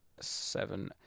seven